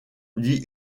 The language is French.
dit